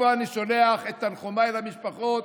מפה אני שולח את תנחומיי למשפחות,